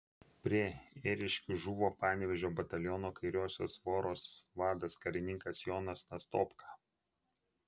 prie ėriškių žuvo panevėžio bataliono kairiosios voros vadas karininkas jonas nastopka